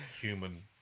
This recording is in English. human